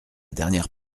dernière